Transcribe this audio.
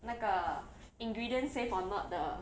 那个 ingredients safe or not 的